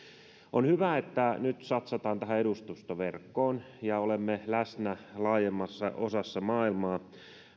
on hyvä että nyt satsataan tähän edustustoverkkoon ja olemme läsnä laajemmassa osassa maailmaa